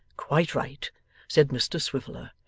quite right said mr swiveller,